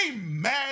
mad